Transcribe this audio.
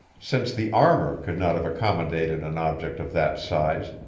since the armor could not have accommodated an object of that size,